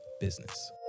business